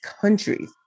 countries